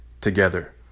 together